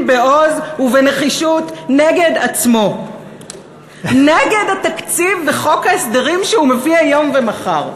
בעוז ובנחישות נגד עצמו נגד התקציב וחוק ההסדרים שהוא מביא היום ומחר.